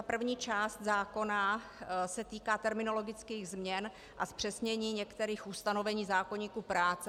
První část zákona se týká terminologických změn a zpřesnění některých ustanovení zákoníku práce.